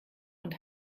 und